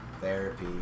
therapy